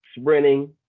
sprinting